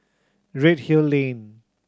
Redhill Lane